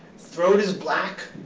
throat is black,